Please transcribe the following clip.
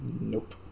Nope